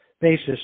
basis